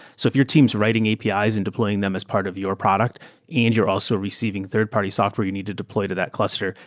so if your team is writing apis and deploying them as part of your product and you're also receiving third-party software you need to deploy to that cluster,